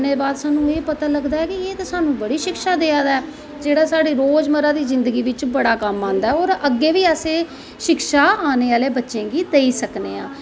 थोह्ड़ी पढ़नें दे बाद स्हानू लगदा ऐ कि एह् ते साह्नू बड़ी शिक्षा देआ दा ऐ जेह्ड़ा साढ़ी रोज़मर्रा दी जिन्दगी च बड़ा कम्म आंदा ऐ और अग्गैं बी असैं शिक्षा आनें आह्लें बच्चें गी देई सकनें आं